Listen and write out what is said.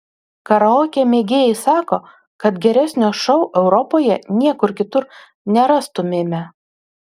karaoke mėgėjai sako kad geresnio šou europoje niekur kitur nerastumėme